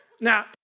Now